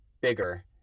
bigger